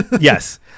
yes